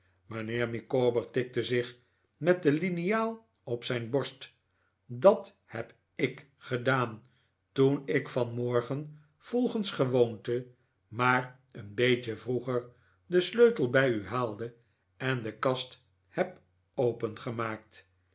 mijnheer micawber tikte zich met de liniaal op zijn borst dat heb ik gedaan toen ik vamnorgen volgens gewoonte maar een beetje vroeger den sleutel bij u haalde en de kast heb